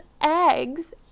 eggs